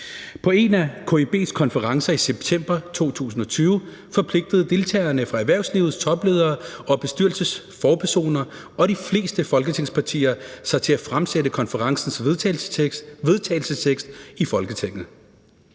På en af KIB's konferencer i september 2020 forpligtede deltagerne fra erhvervslivets topledelser og topbestyrelser og de fleste folketingspartier sig til at fremsætte konferencens vedtagelsestekst i Folketinget.